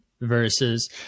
versus